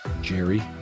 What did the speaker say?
Jerry